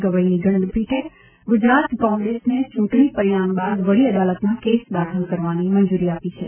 ગવઇની ખંડપીઠે ગુજરાત કોંગ્રેસને ચૂંટણી પરિણામ બાદ વડી અદાલતમાં કેસ દાખલ કરવાની મંજુરી આપી છે